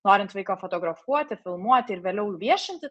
norint vaiką fotografuoti filmuoti ir vėliau viešinti